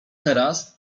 teraz